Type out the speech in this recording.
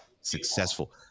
successful